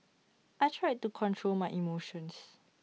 I tried to control my emotions